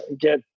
get